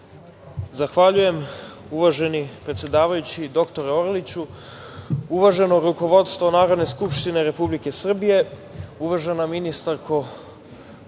Zahvaljujem uvaženi predsedavajući, dr Orliću. Uvaženo rukovodstvo Narodne skupštine Republike Srbije, uvažena ministarko